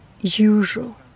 usual